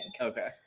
okay